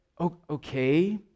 okay